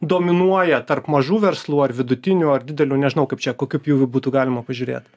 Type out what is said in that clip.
dominuoja tarp mažų verslų ar vidutinių ar didelių nežinau kaip čia kokiu pjūviu būtų galima pažiūrėt